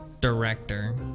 Director